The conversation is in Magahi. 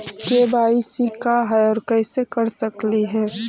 के.वाई.सी का है, और कैसे कर सकली हे?